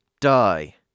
die